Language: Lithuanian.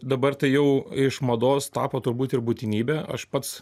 dabar tai jau iš mados tapo turbūt ir būtinybė aš pats